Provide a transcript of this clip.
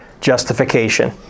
justification